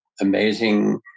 amazing